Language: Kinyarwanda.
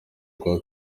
rwa